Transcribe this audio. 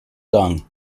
sung